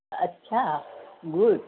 अच्छा गुड